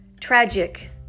tragic